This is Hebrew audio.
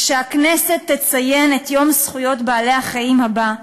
כשהכנסת תציין את יום זכויות בעלי-החיים הבא,